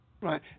Right